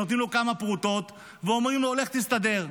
שנותנים לו כמה פרוטות ואומרים לו: לך תסתדר.